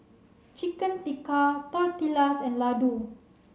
Chicken Tikka Tortillas and Ladoo